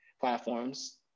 platforms